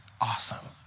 awesome